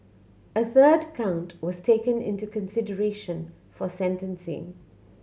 a third count was taken into consideration for sentencing